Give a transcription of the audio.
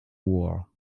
war